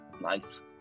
life